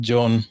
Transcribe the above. John